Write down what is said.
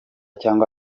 cyangwa